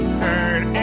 heard